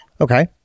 Okay